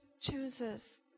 chooses